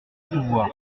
pouvoir